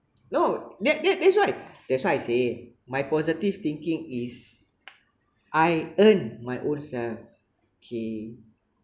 no that that that's why that's why I say my positive thinking is I earned my own self okay